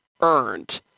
earned